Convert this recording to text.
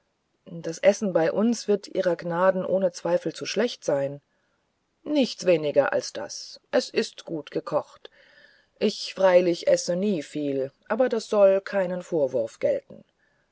das essen bei uns wird ihrer gnaden ohne zweifel zu schlecht sein nichts weniger als das es ist gut gekocht ich freilich esse nie viel aber das soll keinen vorwurf gelten